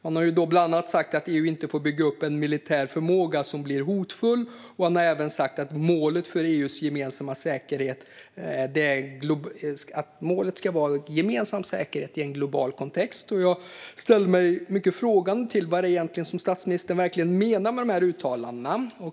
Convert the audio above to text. Han har bland annat sagt att EU inte får bygga upp en militär förmåga som blir hotfull. Han har även sagt att målet för EU ska vara gemensam säkerhet i en global kontext. Jag ställer mig mycket frågande till vad statsministern egentligen verkligen menar med dessa uttalanden.